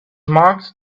marked